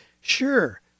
sure